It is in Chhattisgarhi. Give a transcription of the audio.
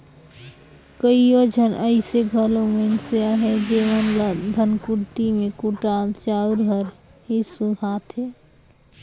कइयो झन अइसे घलो मइनसे अहें जेमन ल धनकुट्टी में कुटाल चाँउर हर ही सुहाथे